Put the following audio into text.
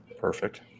Perfect